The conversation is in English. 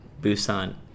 Busan